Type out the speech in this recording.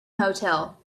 hotel